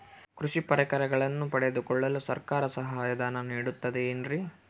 ಕೃಷಿ ಪರಿಕರಗಳನ್ನು ಪಡೆದುಕೊಳ್ಳಲು ಸರ್ಕಾರ ಸಹಾಯಧನ ನೇಡುತ್ತದೆ ಏನ್ರಿ?